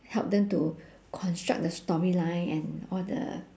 help them to construct the storyline and all the